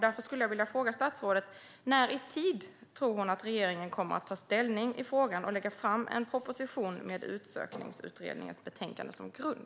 Därför skulle jag vilja fråga: När tror statsrådet att regeringen kommer att ta ställning i frågan och lägga fram en proposition med Utsökningsutredningens betänkande som grund?